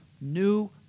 new